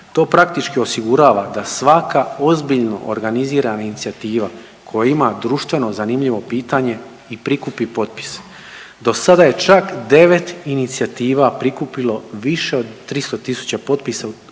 To praktički osigurava da svaka ozbiljno organizirana inicijativa koja ima društveno zanimljivo pitanje i prikupi potpise. Do sada je čak devet inicijativa prikupilo više od 300.000 potpisa u 15